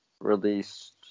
released